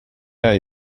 jag